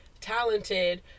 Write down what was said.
talented